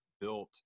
built